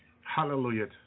hallelujah